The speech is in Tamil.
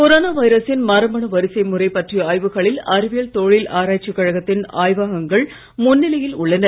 கொரோனா வைரசின் மரபணு வரிசை முறை பற்றிய ஆய்வுகளில் அறிவியல் தொழில் ஆராய்ச்சிக் கழகத்தின் ஆய்வகங்கள் முன்னிலையில் உள்ளன